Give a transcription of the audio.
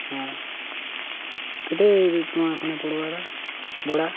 ହୁଁ କେତେ ଟଙ୍କା ଖଣି ପଡ଼୍ବା ଦା ଭଡ଼ା